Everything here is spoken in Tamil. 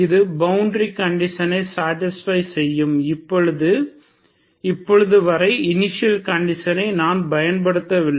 இது பவுண்டரி கண்டிஷனை சடிஸ்பை செய்யும் இப்பொழுது வரை இனிஷியல் கண்டிஷனை நான் பயன்படுத்தவில்லை